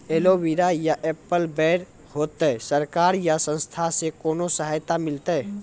Aloe vera या apple बैर होते? सरकार या संस्था से कोनो सहायता मिलते?